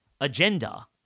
agenda